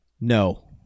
No